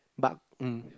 but um